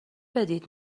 بدید